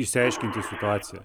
išsiaiškinti situaciją